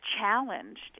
challenged